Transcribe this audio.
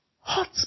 hot